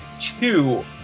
two